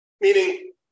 Meaning